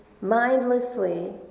mindlessly